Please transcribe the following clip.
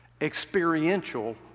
experiential